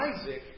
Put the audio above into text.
Isaac